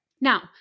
now